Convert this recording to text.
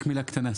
רק שאלה קטנה.